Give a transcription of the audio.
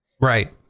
Right